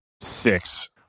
Six